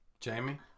Jamie